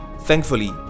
Thankfully